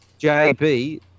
JB